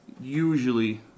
usually